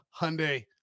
Hyundai